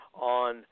on